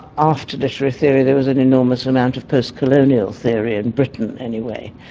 after literary theory there was an enormous amount of post-colonial theory in britain, anyway,